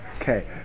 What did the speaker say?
Okay